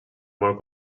molt